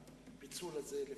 הפיצול הזה.